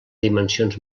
dimensions